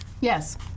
yes